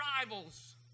rivals